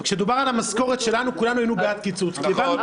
כשדובר על המשכורת שלנו כולנו היינו בעד קיצוץ כי הבנו את המצב.